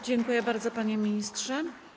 Dziękuję bardzo, panie ministrze.